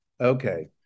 okay